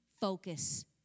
focus